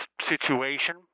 situation